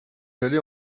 allait